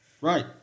Right